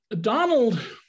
Donald